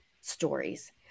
stories